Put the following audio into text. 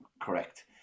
Correct